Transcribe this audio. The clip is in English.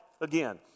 again